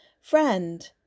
Friend